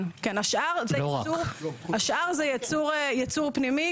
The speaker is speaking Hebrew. השאר זה ייצור פנימי.